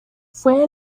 fue